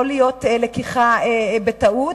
יכולה להיות לקיחה בטעות,